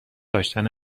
داشتن